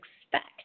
expect